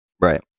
Right